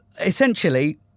essentially